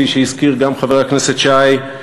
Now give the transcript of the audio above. כפי שהזכיר גם חבר הכנסת שי,